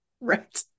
right